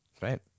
Right